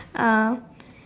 uh